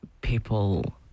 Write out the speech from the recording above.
people